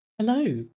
Hello